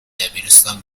دبیرستان